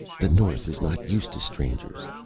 the north is not used to strangers.